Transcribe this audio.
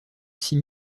six